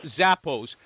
Zappos